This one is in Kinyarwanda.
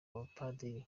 bapadiri